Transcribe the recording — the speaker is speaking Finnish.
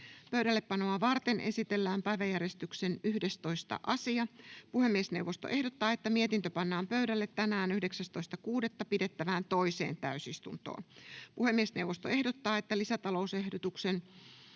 Pöydällepanoa varten esitellään päiväjärjestyksen 11. asia. Puhemiesneuvosto ehdottaa, että mietintö pannaan pöydälle tänään 19.6.2024 pidettävään toiseen täysistuntoon. Puhemiesneuvosto ehdottaa, että lisätalousarvioehdotuksen